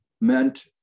meant